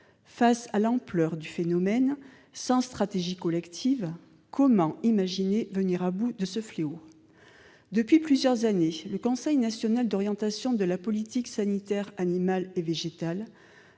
Face à l'ampleur du phénomène, sans stratégie collective, comment imaginer venir à bout de ce fléau ? Depuis plusieurs années, le Conseil national d'orientation de la politique sanitaire animale et végétale